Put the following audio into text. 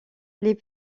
les